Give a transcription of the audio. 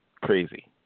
crazy